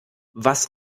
was